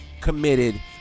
Committed